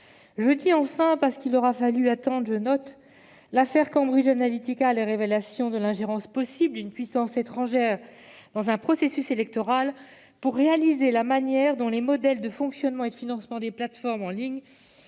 je dis « enfin », c'est qu'il aura fallu attendre l'affaire Cambridge Analytica et les révélations de l'ingérence possible d'une puissance étrangère dans un processus électoral pour réaliser combien les modèles de fonctionnement et de financement des plateformes en ligne